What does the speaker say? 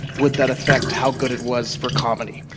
would that affect how good it was for comedy?